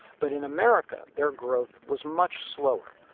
but in america their growth was much slower.